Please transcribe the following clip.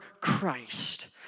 Christ